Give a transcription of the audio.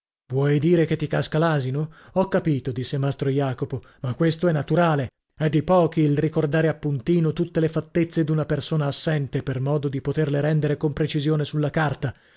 vuoi dire che ti casca l'asino ho capito disse mastro jacopo ma questo è naturale è di pochi il ricordare appuntino tutte le fattezze d'una persona assente per modo da poterle rendere con precisione sulla carta